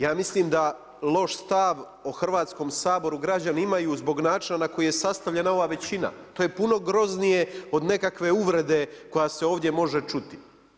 Ja mislim da loš stav o Hrvatskom saboru građani imaju zbog načina na koji je sastavljena ova većina, to je puno groznije od nekakve uvrede koja se ovdje može čuti.